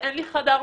אין לי חדר מורים,